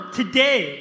today